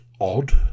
Odd